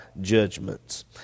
judgments